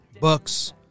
books